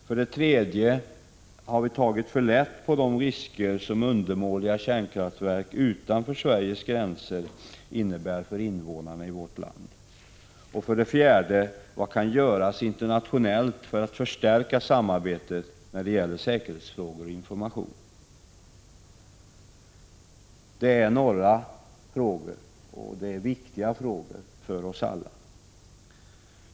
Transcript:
För det tredje har vi tagit för lätt på de risker som undermåliga kärnkraftverk utanför Sveriges gränser innebär för invånarna i vårt land. Och för det fjärde: Vad kan göras internationellt för att förstärka samarbetet när det gäller säkerhetsfrågor och information? Det är några frågor, och det är viktiga frågor för oss alla.